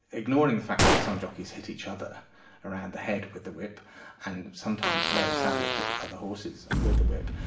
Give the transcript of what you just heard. ignoring the fact that some jockeys hit each other around the head with the whip and sometimes very sadly hit other horses with the whip,